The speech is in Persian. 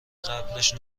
قبلش